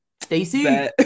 Stacy